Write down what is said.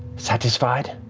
satisfied?